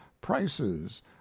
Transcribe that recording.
prices